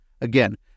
Again